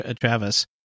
Travis